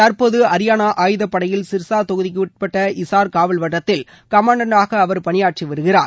தற்போது அரியானா ஆயுதப்படையில் சிர்ஸா தொகுதிக்குட்பட்ட இஸார் காவல் வட்டத்தில் கமாண்டன்டாக அவர் பணியாற்றி வருகிறார்